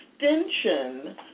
extension